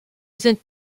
sind